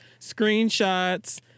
screenshots